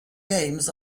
games